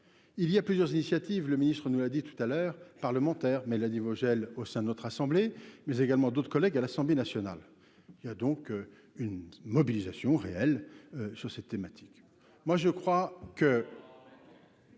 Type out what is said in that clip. il y a plusieurs initiatives, le ministre nous l'a dit tout à l'heure parlementaire Mélanie Vogel au sein de notre assemblée, mais également d'autres collègues à l'Assemblée nationale, il y a donc une mobilisation réelle sur cette thématique, moi je crois que.